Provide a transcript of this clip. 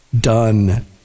done